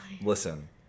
Listen